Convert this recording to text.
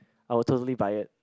I will totally buy it